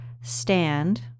stand